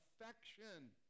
affection